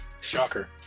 Shocker